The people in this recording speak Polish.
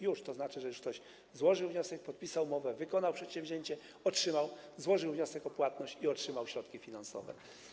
Już, to znaczy, że ktoś złożył wniosek, podpisał umowę, wykonał przedsięwzięcie, złożył wniosek o płatność i otrzymał środki finansowe.